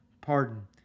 pardon